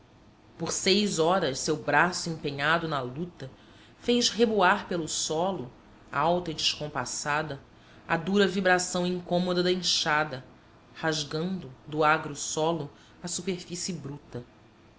por seis horas seu braço empenhado na luta fez reboar pelo solo alta e descompassada a dura vibração incômoda da enxada rasgando do agro solo a superfície bruta